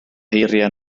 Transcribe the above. heriau